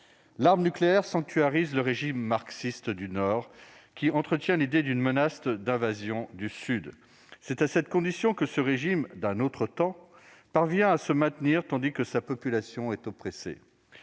L'arme nucléaire sanctuarise le régime marxiste du Nord, qui entretient l'idée d'une menace d'invasion du Sud. C'est à cette condition que ce régime, d'un autre temps, parvient à se maintenir, tandis que sa population est opprimée.